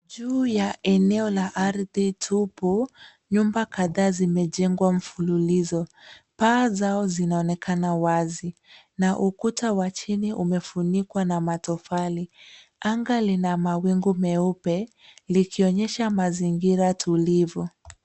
Juu ya eneo la ardhi tupu. Nyumba kadhaa zimejengwa mfululizo. Paa zao zinaonekana wazi na ukuta wa chini umefunikwa na matofali. Anga lina wamingu meupe likionyesha mazingira tulivu.